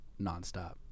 nonstop